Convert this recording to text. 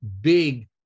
big